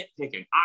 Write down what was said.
nitpicking